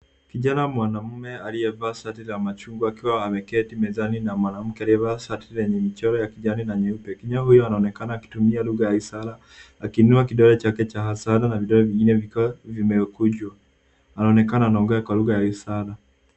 Kijana mwamamume aliyevaa shati la machungwa akiwa ameketi mezani na mwanamke aliyevaa shati la mchoro wa kijani na nyeupe. Kijana huyo anaonekana akitumia lugha ya ishara akiinua kidole chake cha ishara na vidole vingine vimekunjwa. Anaonekana anaongea kwa lugha ya ishara.